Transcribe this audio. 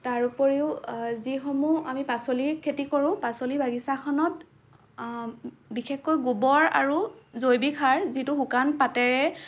তাৰ উপৰিও যিসমূহ আমি পাচলিৰ খেতি কৰোঁ পাচলিৰ বাগিচাখনত বিশেষকৈ গোৱৰ আৰু জৈৱিক সাৰ যিটো শুকান পাতেৰে